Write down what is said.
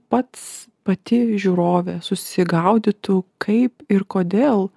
pats pati žiūrovė susigaudytų kaip ir kodėl